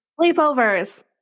Sleepovers